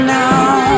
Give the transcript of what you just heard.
now